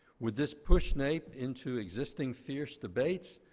would this push naep into existing fierce debates,